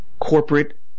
corporate